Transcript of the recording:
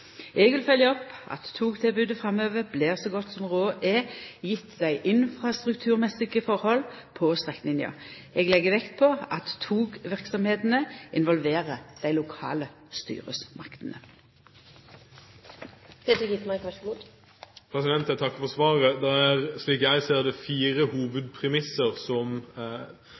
vil følgja opp at togtilbodet framover blir så godt som råd er, gjeve dei infrastrukturmessige forholda på strekninga. Eg legg vekt på at togverksemdene involverer dei lokale styresmaktene. Jeg takker for svaret. Det er, slik jeg ser det, fire hovedpremisser som